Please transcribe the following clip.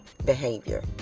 behavior